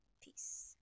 peace